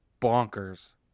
bonkers